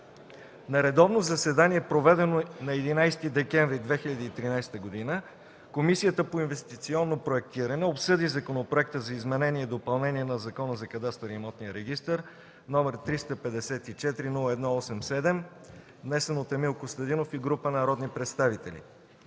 На редовно заседание, проведено на 11 декември 2013 г., Комисията по инвестиционно проектиране обсъди Законопроект за изменение и допълнение на Закона за кадастъра и имотния регистър № 354-01-87, внесен от Емил Костадинов и група народни представители.